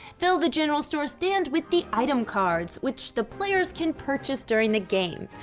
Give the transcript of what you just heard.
fill the general store stand with the item cards, which the players can purchase during the game.